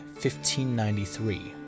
1593